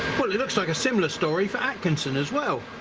well it looks like a similar story for atkinson as well